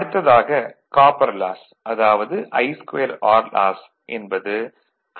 அடுத்ததாக copper loss அதாவது I2R loss என்பது